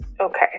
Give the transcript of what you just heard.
Okay